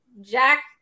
Jack